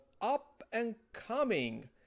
up-and-coming